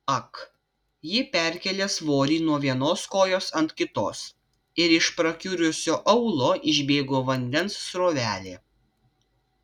ak ji perkėlė svorį nuo vienos kojos ant kitos ir iš prakiurusio aulo išbėgo vandens srovelė